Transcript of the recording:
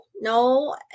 no